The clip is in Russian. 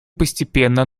постепенно